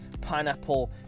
pineapple